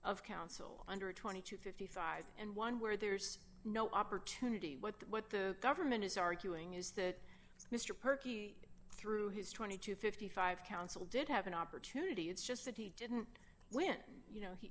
of counsel under a twenty to fifty five and one where there's no opportunity what the government is arguing is that mr pearcy through his twenty to fifty five council did have an opportunity it's just that he didn't win you know he